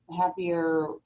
happier